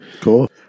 cool